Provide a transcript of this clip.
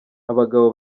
abagabo